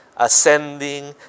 Ascending